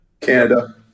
Canada